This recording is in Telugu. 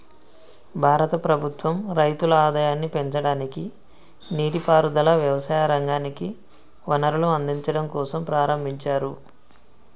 భారత ప్రభుత్వం రైతుల ఆదాయాన్ని పెంచడానికి, నీటి పారుదల, వ్యవసాయ రంగానికి వనరులను అందిచడం కోసంప్రారంబించారు